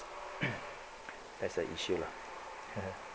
that's the issue lah